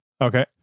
Okay